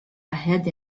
ahead